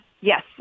Yes